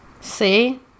see